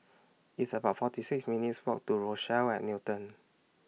It's about forty six minutes' Walk to Rochelle At Newton